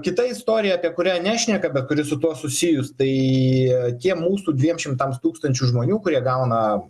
kita istorija apie kurią nešnekame kuri su tuo susijus tai tie mūsų dviems šimtams tūkstančių žmonių kurie gauna